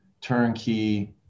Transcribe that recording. turnkey